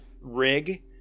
rig